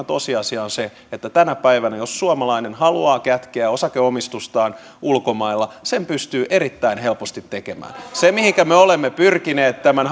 tosiasia on se että tänä päivänä jos suomalainen haluaa kätkeä osakeomistustaan ulkomailla sen pystyy erittäin helposti tekemään se mihinkä me olemme pyrkineet tämän